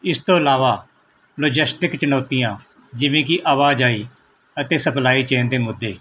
ਇਸ ਤੋਂ ਇਲਾਵਾ ਨੁਜਸਟਿਕ ਚੁਣੌਤੀਆਂ ਜਿਵੇਂ ਕਿ ਆਵਾਜਾਈ ਅਤੇ ਸਪਲਾਈ ਚੇਨ ਦੇ ਮੁੱਦੇ